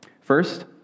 First